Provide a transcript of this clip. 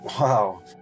wow